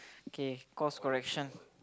K cause correction